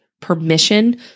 permission